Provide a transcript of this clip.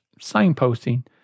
signposting